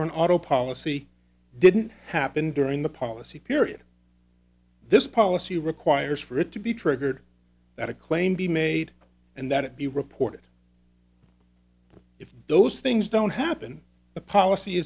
for an auto policy didn't happen during the policy period this policy requires for it to be triggered that a claim be made and that it be reported if those things don't happen the policy